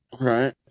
Right